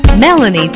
Melanie